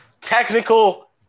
Technical